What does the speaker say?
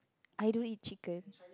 I don't eat chicken